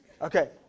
Okay